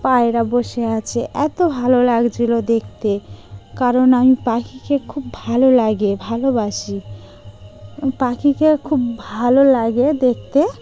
পায়রা বসে আছে এতো ভালো লাগছিলো দেখতে কারণ আমি পাখিকে খুব ভালো লাগে ভালোবাসি পাখিকে খুব ভালো লাগে দেখতে